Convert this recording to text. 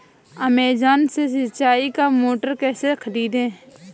Amazon से सिंचाई का मोटर कैसे खरीदें?